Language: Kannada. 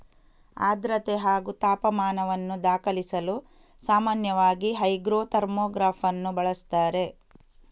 ಆರ್ದ್ರತೆ ಹಾಗೂ ತಾಪಮಾನವನ್ನು ದಾಖಲಿಸಲು ಸಾಮಾನ್ಯವಾಗಿ ಹೈಗ್ರೋ ಥರ್ಮೋಗ್ರಾಫನ್ನು ಬಳಸುತ್ತಾರೆ